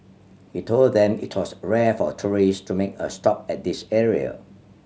he told them it was rare for tourist to make a stop at this area